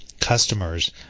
customers